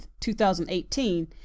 2018